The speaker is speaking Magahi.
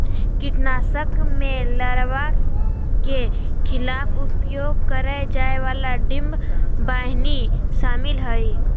कीटनाशक में लार्वा के खिलाफ उपयोग करेय जाय वाला डिंबवाहिनी शामिल हइ